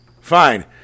Fine